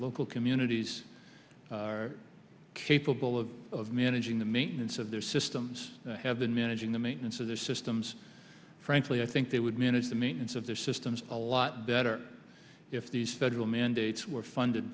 local communities are capable of managing the maintenance of their systems have been managing the maintenance of their systems frankly i think they would manage the maintenance of their systems a lot better if these federal mandates were funded